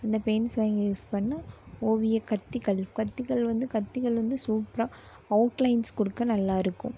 இந்த பெயிண்ட்ஸ் வாங்கி யூஸ் பண்ணால் ஓவிய கத்திகள் கத்திகள் வந்து கத்திகள் வந்து சூப்பரா அவுட்லைன்ஸ் கொடுக்க நல்லாயிருக்கும்